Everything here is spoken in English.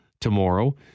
tomorrow